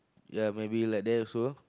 ya might be like that also